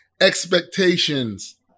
expectations